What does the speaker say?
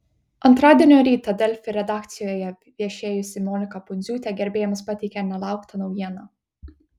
antradienio rytą delfi redakcijoje viešėjusi monika pundziūtė gerbėjams pateikė nelauktą naujieną